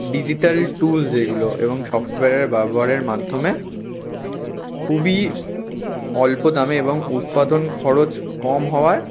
digital tool যেগুলো এবং সফটওয়্যারের ব্যবহারের মাধ্যমে খুবই অল্প দামে এবং উৎপাদন খরচ কম হওয়ায়